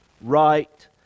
right